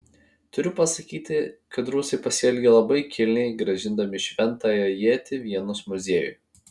turiu pasakyti kad rusai pasielgė labai kilniai grąžindami šventąją ietį vienos muziejui